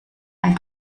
ein